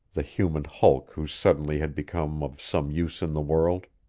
the human hulk who suddenly had become of some use in the world.